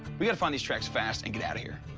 we gotta find these tracks fast and get out of here.